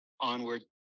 onward